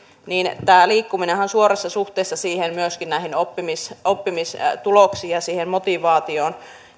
niin tämä liikkuminenhan on suorassa suhteessa myöskin näihin oppimistuloksiin ja siihen motivaatioon